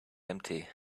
empty